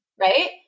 Right